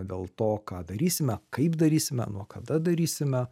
dėl to ką darysime kaip darysime nuo kada darysime